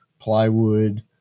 plywood